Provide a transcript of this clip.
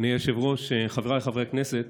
אדוני היושב-ראש, חבריי חברי הכנסת,